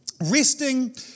Resting